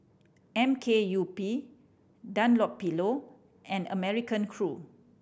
M K U P Dunlopillo and American Crew